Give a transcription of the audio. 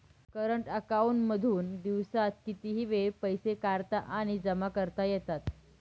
current account मधून दिवसात कितीही वेळ पैसे काढता आणि जमा करता येतात